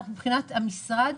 מבחינת המשרד,